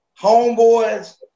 homeboys